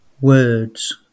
words